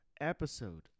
episode